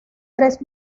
tres